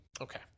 okay